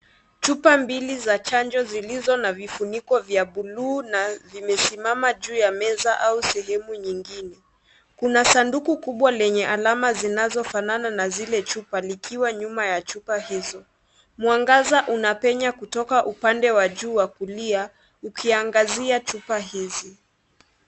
Chupa mbili za chanjo zilizo na vifuniko vya buluu na vimesimama juu ya meza au sehemu nyingine. Kuna sanduku kubwa lenye alama zinazofanana na zile chupa likiwa nyuma ya chupa hizo. Mwangaza unapenya kutoka upande wa juu wa kulia, ukiangazia chupa hizi.